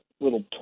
little